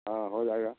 हाँ हो जाएगा